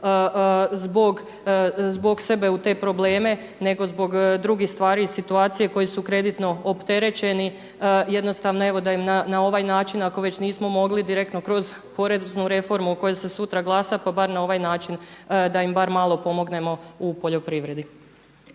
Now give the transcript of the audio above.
zbog sebe u te probleme nego zbog drugih stvari i situacija koji su kreditno opterećeni da im na ovaj način ako već nismo mogli direktno kroz poreznu reformu o kojoj se sutra glasa pa bar na ovaj način da im bar malo pomognemo u poljoprivredi.